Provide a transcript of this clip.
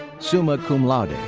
summa cum laude.